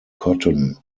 cotton